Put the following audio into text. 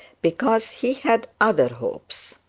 because he had other hopes.